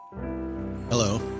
Hello